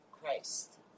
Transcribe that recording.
Christ